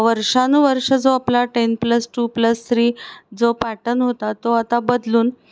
वर्षानुवर्षं जो आपला ten plus two plus three जो पॅटर्न होता तो आता बदलून